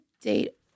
date